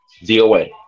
DOA